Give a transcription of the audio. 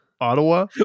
Ottawa